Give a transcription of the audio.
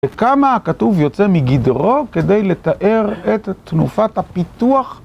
וכמה הכתוב יוצא מגדרו כדי לתאר את תנופת הפיתוח.